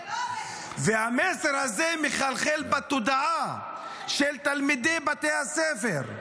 זה לא עובד --- והמסר הזה מחלחל בתודעה של תלמידי בתי הספר,